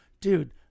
dude